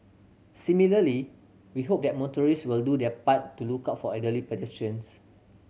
similarly we hope that motorist will do their part to look out for elderly pedestrians